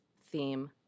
theme